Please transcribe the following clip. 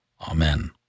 Amen